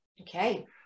Okay